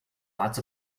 lots